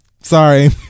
sorry